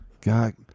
God